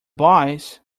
boys